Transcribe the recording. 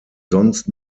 sonst